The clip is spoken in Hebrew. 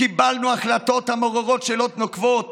קיבלנו החלטות המעוררות שאלות נוקבות